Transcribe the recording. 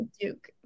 Duke